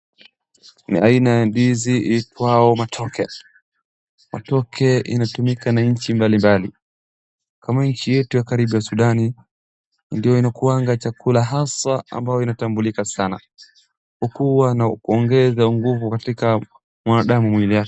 Ni aina ya ndizi iitwao matoke, matoke inatumika na nchi mbali mbali kama nchi yetu ya karibu ya sudani ndio inakuanga chakula haswa ambayo inatambulika sana huku wanaongeza nguvu katika mwanadamu mwili yake.